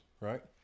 right